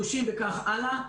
תלושים וכן הלאה,